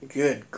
good